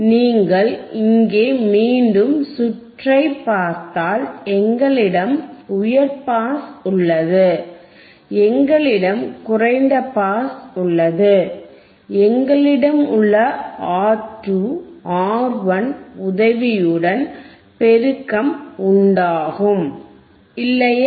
நீங்கள் இங்கே மீண்டும் சுற்றை பார்த்தால் எங்களிடம் உயர் பாஸ் உள்ளது எங்களிடம் குறைந்த பாஸ் உள்ளது எங்களிடம் உள்ளஆர் 2 ஆர் 1 உதவியுடன் பெருக்கம் உண்டாகும் இல்லையா